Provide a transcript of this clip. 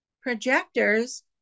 Projectors